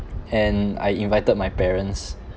and I invited my parents